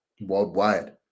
worldwide